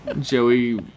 Joey